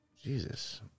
Jesus